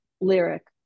lyric